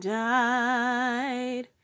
died